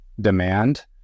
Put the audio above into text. demand